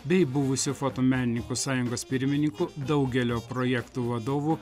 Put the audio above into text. bei buvusiu fotomenininkų sąjungos pirmininku daugelio projektų vadovu